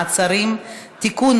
מעצרים) (תיקון,